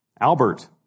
Albert